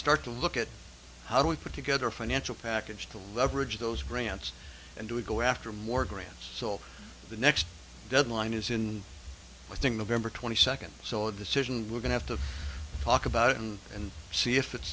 start to look at how do we put together a financial package to leverage those grants and do we go after more grants so the next deadline is in i think of ember twenty second so a decision we're going have to talk about it and see if it's